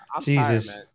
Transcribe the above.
Jesus